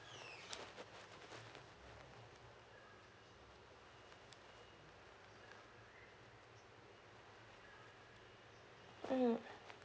mm